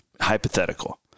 Hypothetical